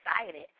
excited